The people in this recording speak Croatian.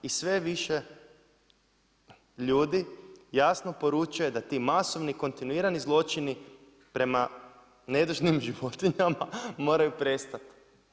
I sve je više ljudi, jasno poručuje, da ti masovni kontinuirani zločini prema nedužnim životinjama moraju prestati.